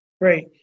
Great